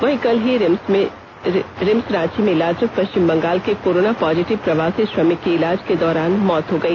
वहीं कल ही रिम्स रांची में इलाजरत पष्विम बंगाल के कोरोना पॉजिटिव प्रवासी श्रमिक की इलाज के दौरान मौत हो गई